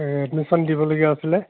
এ admission দিবলগীয়া আছিলে